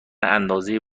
اندازه